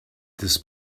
this